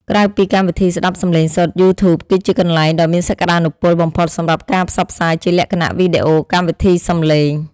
ក្រៅពីកម្មវិធីស្តាប់សំឡេងសុទ្ធយូធូបគឺជាកន្លែងដ៏មានសក្តានុពលបំផុតសម្រាប់ការផ្សព្វផ្សាយជាលក្ខណៈវីដេអូកម្មវិធីសំឡេង។